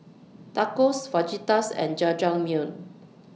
Tacos Fajitas and Jajangmyeon